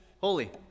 holy